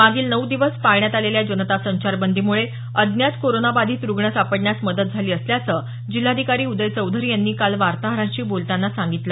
मागील नऊ दिवस पाळण्यात आलेल्या जनता संचारबदीमुळे अज्ञात कोरोना बाधित रुग्ण सापडण्यास मदत झाली असल्याचं जिल्हाधिकारी उदय चौधरी यांनी काल वार्ताहरांशी बोलतांना सांगितलं